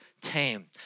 tame